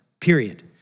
period